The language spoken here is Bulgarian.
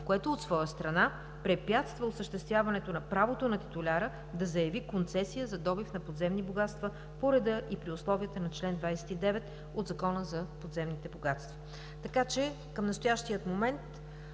което от своя страна препятства осъществяването на правото на титуляря да заяви концесия за добив на подземни богатства по реда и при условията на чл. 29 от Закона за подземните богатства. Към настоящия момент